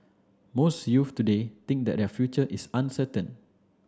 most youth today think that their future is uncertain